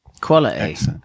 Quality